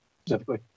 specifically